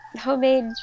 homemade